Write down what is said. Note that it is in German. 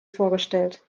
vorgestellt